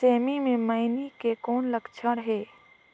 सेमी मे मईनी के कौन लक्षण हे?